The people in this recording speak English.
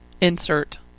insert